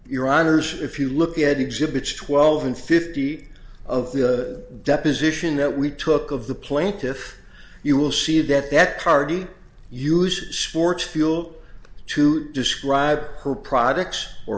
your honour's if you look at exhibits twelve and fifty of the deposition that we took of the plant if you will see that that party use sports fuel to describe her products or